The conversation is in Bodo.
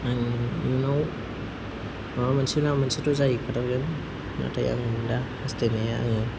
आं इयुनाव माबा मोनसे नङा मोनसेथ' जाहैखाथारगोन नाथाय आं दा हास्थायनाया आङो